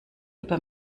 über